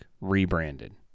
rebranded